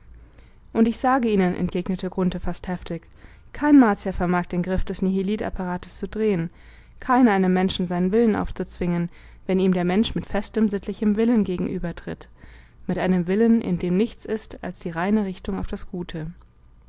und ich sage ihnen entgegnete grunthe fast heftig kein martier vermag den griff des nihilitapparates zu drehen keiner einem menschen seinen willen aufzuzwingen wenn ihm der mensch mit festem sittlichem willen gegenübertritt mit einem willen in dem nichts ist als die reine richtung auf das gute